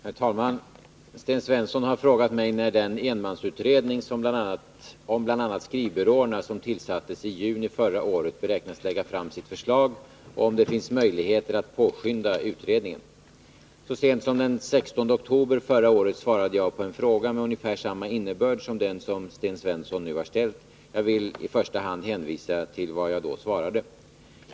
Herr talman! Sten Svensson har frågat mig när den enmansutredning om bl.a. skrivbyråerna som tillsattes i juni förra året beräknas lägga fram sitt förslag och om det finns möjligheter att påskynda utredningen. Så sent som den 16 oktober förra året svarade jag på en fråga med ungefär samma innebörd som den som Sten Svensson nu har ställt. Jag vill i första hand hänvisa till vad jag då svarade.